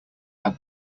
had